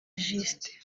justin